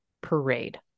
parade